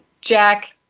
jack